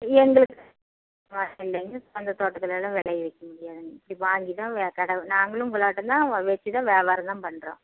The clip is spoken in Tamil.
எங்களுக்கு அந்த தோட்டத்துலலாம் விளைய வைக்க முடியாதுங்க வாங்கி தான் கடை நாங்களும் உங்களாட்டந்தான் வெச்சு தான் வியாபாரம் தான் பண்றோம்